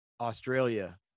Australia